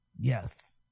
yes